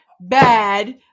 bad